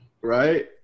Right